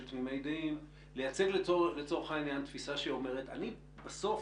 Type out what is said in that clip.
תמימי דעים לייצג לצורך העניין תפיסה שאומרת: בסוף,